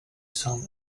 song